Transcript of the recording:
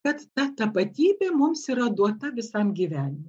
kad ta tapatybė mums yra duota visam gyvenimui